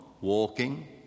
Walking